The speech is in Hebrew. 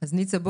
אז ניצה,